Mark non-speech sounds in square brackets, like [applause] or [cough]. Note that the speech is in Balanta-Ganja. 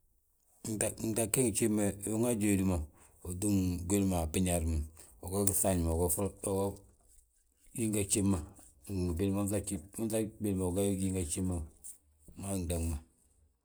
Gdage gimbe, unwaaji wédi ma, utúm wili ma a béñuwaar ma, ugób fŧafñiu uga [hesitation] yinga gjif ma ngi bwili ma. Unŧagi bwili ma uga yinga gjif ma. wi ma wi gdag ma.